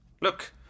Look